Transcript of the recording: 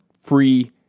free